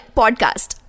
podcast